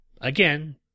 Again